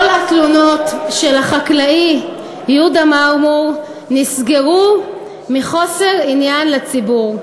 כל התלונות של החקלאי יהודה מרמור נסגרו מחסור עניין לציבור.